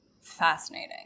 Fascinating